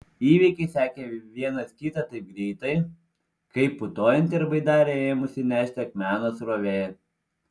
įvykiai sekė vienas kitą taip greitai kaip putojanti ir baidarę ėmusi nešti akmenos srovė